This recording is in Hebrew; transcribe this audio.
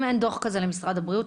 אם אין דוח כזה למשרד הבריאות,